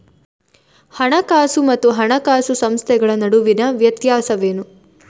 ಹಣಕಾಸು ಮತ್ತು ಹಣಕಾಸು ಸಂಸ್ಥೆಗಳ ನಡುವಿನ ವ್ಯತ್ಯಾಸವೇನು?